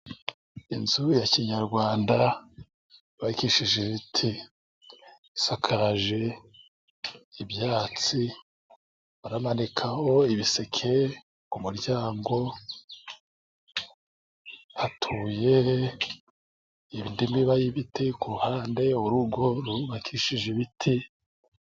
Inzu ya kinyarwanda yubakishije ibiti, isakaje ibyatsi, hamanitseho ibiseke ku muryango, hatuyeho indi miba y'ibiti ku ruhande, urugo rwubakishije ibiti.